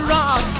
Rock